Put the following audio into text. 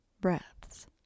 breaths